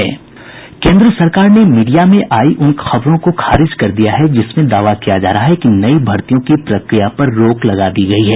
केन्द्र सरकार ने मीडिया में आई उन खबरों को खारिज कर दिया है जिसमें दावा किया जा रहा है कि नई भर्तियों की प्रक्रिया पर रोक लगा दी गई है